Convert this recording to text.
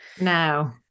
No